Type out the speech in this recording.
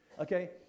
Okay